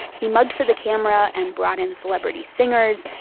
he mugged for the camera, and brought in celebrity singers,